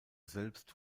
selbst